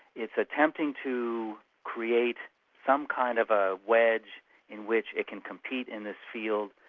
it's attempting to create some kind of a wedge in which it can compete in this field.